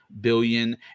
billion